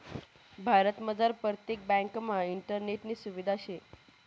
भारतमझार परतेक ब्यांकमा इंटरनेटनी सुविधा शे